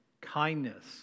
kindness